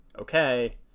okay